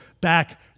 back